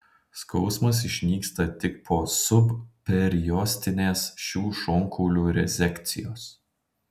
skausmas išnyksta tik po subperiostinės šių šonkaulių rezekcijos